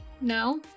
No